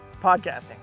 podcasting